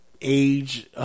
age